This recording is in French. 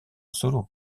solo